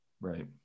Right